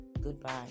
Goodbye